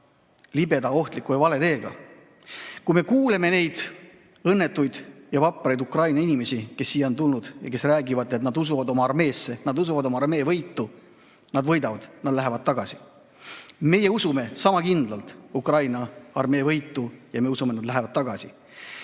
libeda, ohtliku ja vale teega. Kui me kuuleme neid õnnetuid ja vapraid Ukraina inimesi, kes on siia tulnud, siis nad räägivad, et nad usuvad oma armeesse, nad usuvad oma armee võitu, nad võidavad ja nad lähevad tagasi. Meie usume sama kindlalt Ukraina armee võitu ja me usume, et nad lähevad tagasi.